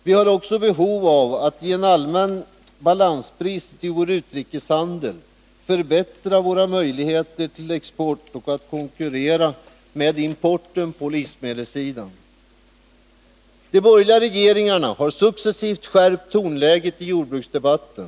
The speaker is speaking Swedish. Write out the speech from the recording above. Vi har också behov av att i en allmän balansbrist i vår utrikeshandel förbättra våra möjligheter till export och att konkurrera med importen på livsmedelssidan. De borgerliga regeringarna har successivt skärpt tonläget i jordbruksdebatten.